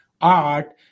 art